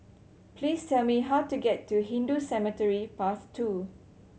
please tell me how to get to Hindu Cemetery Path Two